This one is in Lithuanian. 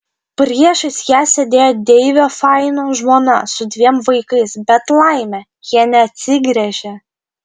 priešais ją sėdėjo deivio faino žmona su dviem vaikais bet laimė jie neatsigręžė